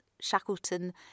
Shackleton